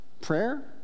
prayer